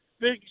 big